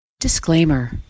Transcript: Disclaimer